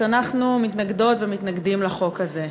אנחנו מתנגדות ומתנגדים לחוק הזה.